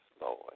Lord